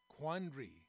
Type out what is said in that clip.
quandary